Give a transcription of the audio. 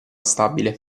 stabile